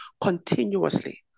continuously